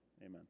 amen